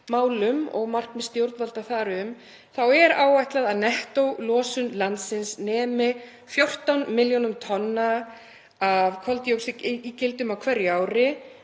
og markmiði stjórnvalda þar um er áætlað að nettólosun landsins nemi 14 milljónum tonna af koldíoxíðígildum á hverju ári